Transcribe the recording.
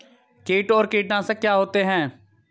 कीट और कीटनाशक क्या होते हैं?